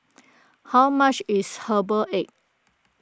How much is Herbal Egg